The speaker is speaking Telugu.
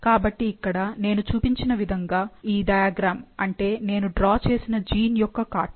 కాబట్టి ఇక్కడ నేను చూపించిన విధంగా ఇది డయాగ్రమ్ అంటే నేను డ్రా చేసిన జీన్ యొక్క కార్టూన్